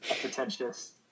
pretentious